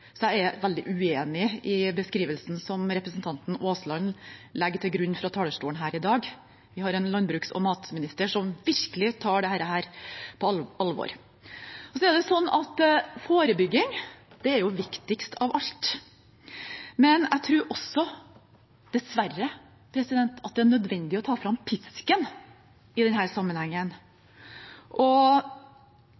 Jeg er veldig uenig i beskrivelsen som representanten Aasland legger til grunn fra talerstolen her i dag. Vi har en landbruks- og matminister som virkelig tar dette på alvor. Forebygging er viktigst av alt, men jeg tror at det dessverre også er nødvendig å ta fram pisken i denne sammenhengen.